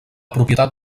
propietat